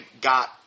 got